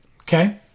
Okay